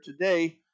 today